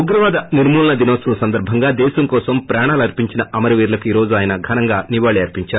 ఉగ్రవాద నిర్మూలన దినోత్సవం సందర్భంగా దేశం కోసం ప్రాణాలర్సించిన్ అమరవీరులకు ఈ రోజు ఆయన నివాళులర్సించారు